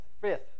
fifth